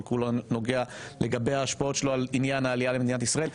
כל כולו נוגע להשפעות שלו על עניין העלייה למדינת ישראל.